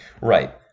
Right